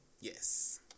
Yes